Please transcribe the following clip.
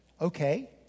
Okay